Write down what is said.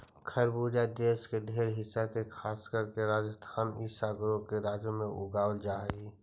खरबूजा देश के ढेर हिस्सा में खासकर के राजस्थान इ सगरो के राज्यों में उगाबल जा हई